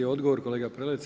Odgovor kolega Prelec.